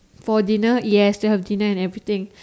for dinner yes still have dinner and everything